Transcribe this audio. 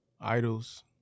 Idols